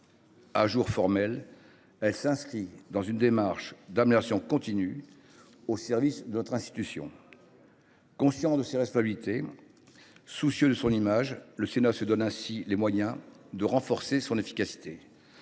à jour formelle. Elle s’inscrit dans une démarche d’amélioration continue au service de notre institution. Conscient de ses responsabilités et soucieux de son image, le Sénat se donne ainsi les moyens de renforcer son efficacité.